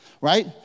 right